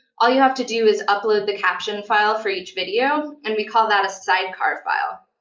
all you have to do is upload the caption file for each video, and we call that a sidecar file.